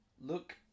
Look